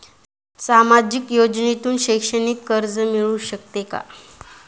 सामाजिक योजनेतून शैक्षणिक कर्ज मिळू शकते का?